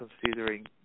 considering